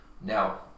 Now